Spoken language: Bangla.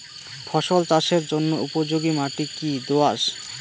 ফসল চাষের জন্য উপযোগি মাটি কী দোআঁশ?